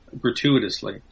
gratuitously